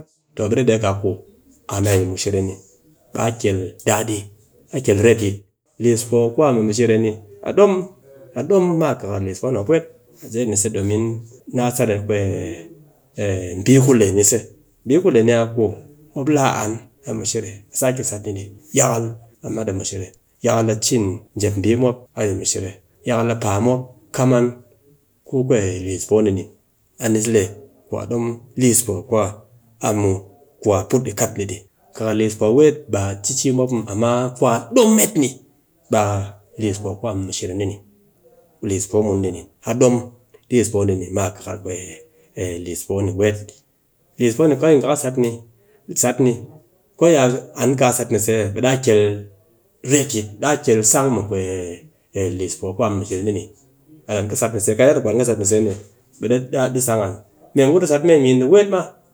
To ɓe dɨ dee ka mee ngu mushere ni, ni bii kel retyit, liis poo ku a mishere ni, a dom, a dom ma ma kar liis poo ni mop weet, zeen ni se, naa sat a bii ku le ni se, bii ku le ni a ku mop laa an a mushere, a sake sat ni dɨ, yakal a mat a mushere, yakal a cin jep bii yi mop a mushere. Yakal a paa mop kam an ku liss poo de ni, a ni lee ku a dom liis poo ku a put a kat ni dɨ. Kakar liis poo weet ba a ci ci mop muw, amma ku a dom met ni ɓe a liis poo ku a mɨ mushere dee ni, liis poo mun dee ni, a dom liis poo dee ni ma kakar liis poo dee ni weet, liis poo ni ko yi ngha kɨnsat, yi sat ni, ko ya an kaa sat ni se ɓe daa kel retyit, daa kel sang mi liss poo ku a mɨ mushere dee ni, an kɨ sat ni se, kaa yanda ku an ki sat ni se. dee, ɓe ret daa pe sakal, mee ngu dɨ sat mee min weet ma